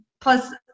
plus